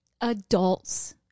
adults